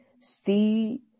see